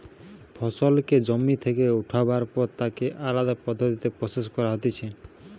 ফসলকে জমি থেকে উঠাবার পর তাকে আলদা পদ্ধতিতে প্রসেস করা হতিছে